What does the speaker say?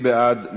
מי בעד?